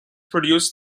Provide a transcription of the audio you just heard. produced